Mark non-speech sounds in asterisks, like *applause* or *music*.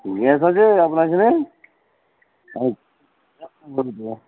gas আছে আপনার এখানে *unintelligible*